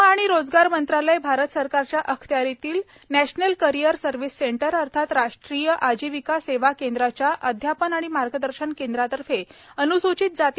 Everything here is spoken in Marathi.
श्रम आणि रोजगार मंत्रालय भारत सरकारच्या अखत्यारितील नॅशनल करीअर सर्विस सेंटर अर्थात राष्ट्रीय आजीविका सेवा केंद्राच्या अध्यारपन आणि मार्गदर्शन केंद्रातर्फे अन्सूचित जाती